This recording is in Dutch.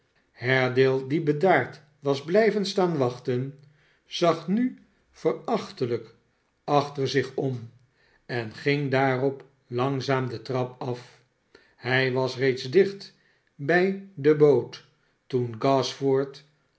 haredale die bedaard was blijven staan wachten zag nu verachtelijk achter zich om en ging daarop langzaam de trap af hij was reeds dicht bij de boot toen gashford